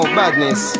badness